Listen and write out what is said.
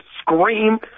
scream